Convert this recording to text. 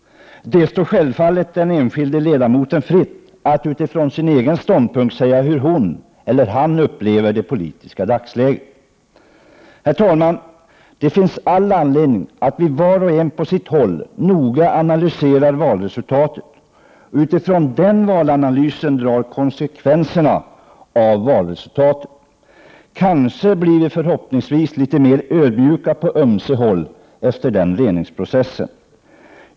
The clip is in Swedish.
Det står självfallet den enskilde ledamoten fritt att utifrån sin egen ståndpunkt säga hur hon eller han upplever det politiska dagsläget. Herr talman! Det finns all anledning att vi var och en på sitt håll noga analyserar valresultatet och utifrån den analysen drar konsekvenserna av detta. Kanske blir vi förhoppningsvis litet mer ödmjuka på ömse håll efter den reningsprocessen.